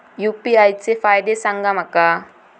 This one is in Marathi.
यू.पी.आय चे फायदे सांगा माका?